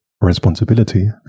responsibility